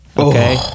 Okay